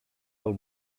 del